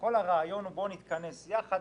כל הרעיון הוא להתכנס יחד,